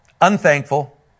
unthankful